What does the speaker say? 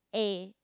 A